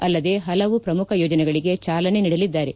ಅಲ್ಲದೇ ಹಲವು ಪ್ರಮುಖ ಯೋಜನೆಗಳಿಗೆ ಚಾಲನೆ ನೀಡಲಿದ್ದಾರೆ